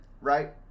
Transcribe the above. right